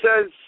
says